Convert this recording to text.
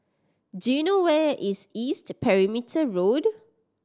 do you know where is East Perimeter Road